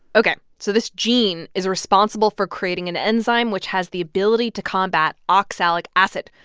ok. so this gene is responsible for creating an enzyme which has the ability to combat oxalic acid.